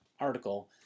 article